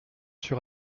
sur